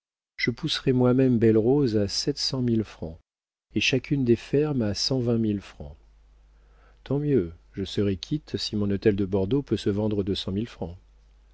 je pousserai moi-même belle rose à sept cent mille francs et chacune des fermes à cent vingt mille francs tant mieux je serai quitte si mon hôtel de bordeaux peut se vendre deux cent mille francs